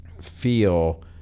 feel